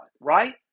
right